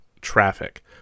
traffic